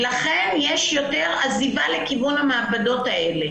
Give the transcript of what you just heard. לכן יש יותר עזיבה לכיוון המעבדות האלה